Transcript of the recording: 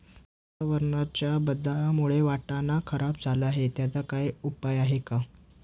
वातावरणाच्या बदलामुळे वाटाणा खराब झाला आहे त्याच्यावर काय उपाय आहे का?